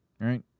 right